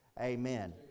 amen